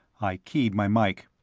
i keyed my mike.